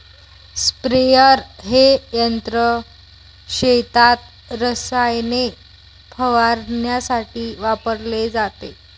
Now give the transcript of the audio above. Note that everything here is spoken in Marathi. स्प्रेअर हे यंत्र शेतात रसायने फवारण्यासाठी वापरले जाते